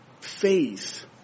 faith